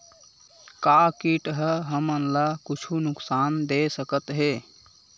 का कीट ह हमन ला कुछु नुकसान दे सकत हे?